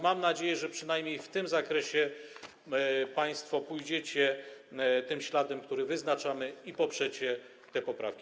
Mam nadzieję, że przynajmniej w tym zakresie państwo pójdziecie tym śladem, który wyznaczamy, i poprzecie te poprawki.